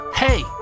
Hey